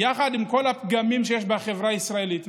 יחד עם כל הפגמים שיש בחברה הישראלית,